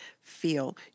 feel